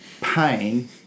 pain